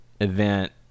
event